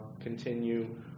continue